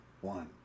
one